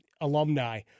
alumni